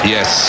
Yes